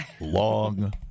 long